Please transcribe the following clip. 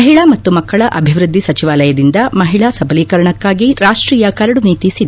ಮಹಿಳಾ ಮತ್ತು ಮಕ್ಕಳ ಅಭಿವೃದ್ದಿ ಸಚಿವಾಲಯದಿಂದ ಮಹಿಳಾ ಸಬಲೀಕರಣಕ್ಕಾಗಿ ರಾಷ್ಷೀಯ ಕರಡು ನೀತಿ ಸಿದ್ದ